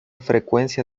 frecuencia